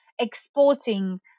exporting